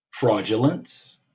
fraudulence